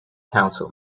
council